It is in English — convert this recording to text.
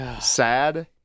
sad